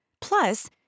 Plus